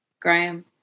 Graham